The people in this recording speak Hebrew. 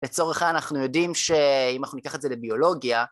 לצורך ה... אם אנחנו יודעים שאם אנחנו ניקח את זה לביולוגיה